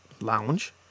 Lounge